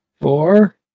four